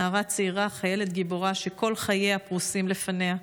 נערה צעירה, חיילת גיבורה, שכל חייה פרושים לפניה.